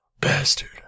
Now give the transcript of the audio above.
bastard